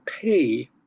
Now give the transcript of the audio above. pay